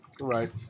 Right